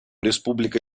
республика